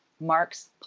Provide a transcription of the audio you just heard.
marks